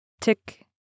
Tick